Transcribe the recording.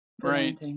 Right